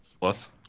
Plus